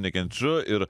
nekenčiu ir